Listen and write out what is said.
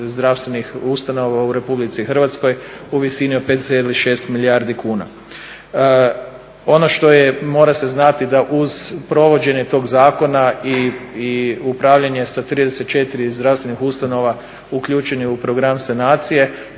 zdravstvenih ustanova u Republici Hrvatskoj u visini od 5,6 milijardi kuna. Ono što je mora se znati da uz provođenje tog zakona i upravljanje sa 34 zdravstvenih ustanova uključen je u program sanacije,